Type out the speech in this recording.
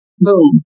Boom